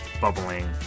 bubbling